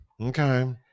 okay